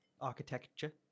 architecture